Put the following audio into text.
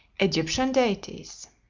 egyptian deities